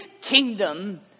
kingdom